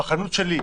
בחנות שלי,